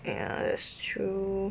ya that's true